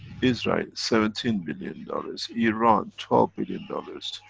israel seventeen billion dollars. iran twelve billion dollars.